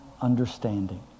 understanding